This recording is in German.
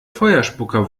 feuerspucker